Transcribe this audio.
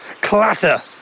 clatter